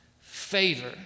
favor